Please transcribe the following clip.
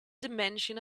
dimension